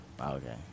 Okay